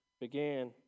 began